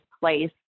place